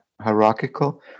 hierarchical